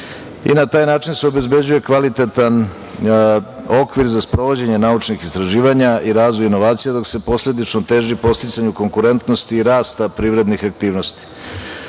i na taj način se obezbeđuje kvalitetan okvir za sprovođenje naučnih istraživanja i razvoj inovacija, dok se posledično teži podsticanju konkurentnosti i rasta privrednih aktivnosti. Republika